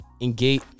Engage